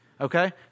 Okay